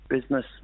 business